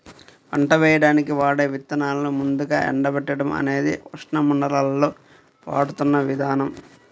పంట వేయడానికి వాడే విత్తనాలను ముందుగా ఎండబెట్టడం అనేది ఉష్ణమండలాల్లో వాడుతున్న విధానం